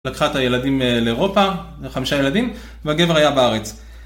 לקחה את הילדים לאירופה, חמישה ילדים, והגבר היה בארץ.